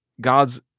God's